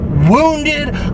wounded